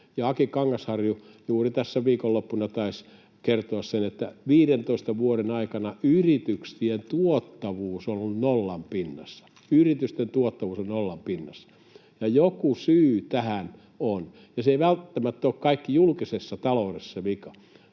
Aki Kangasharju juuri tässä viikonloppuna taisi kertoa sen, että 15 vuoden aikana yrityksien tuottavuus on ollut nollan pinnassa. Yritysten tuottavuus on nollan pinnassa.